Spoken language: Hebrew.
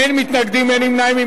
אין מתנגדים, אין נמנעים.